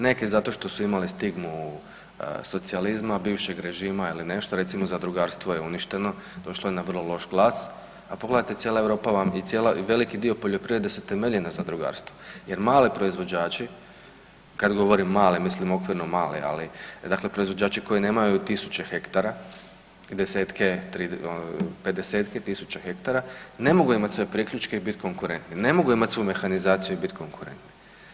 Neki zato što su imali stigmu socijalizma, bivšeg režima ili nešto, recimo zadrugarstvo je uništeno došlo je na vrlo loš glas, a pogledajte cijela Europa vam i veliki dio poljoprivrede se temelji na zadrugarstvu jer mali proizvođači, kad govorim mali mislim okvirno mali, ali proizvođači koji nemaju tisuće hektara, pedesetke tisuća hektara ne mogu imati svi priključke i biti konkurentni, ne mogu imati svu mehanizaciju i biti konkurentni.